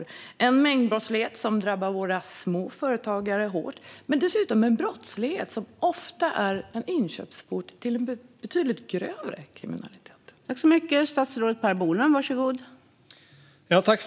Det är en mängdbrottslighet som drabbar våra småföretagare hårt men som dessutom ofta är en inkörsport till en betydligt grövre kriminalitet.